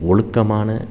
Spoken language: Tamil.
ஒழுக்கமான